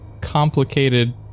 complicated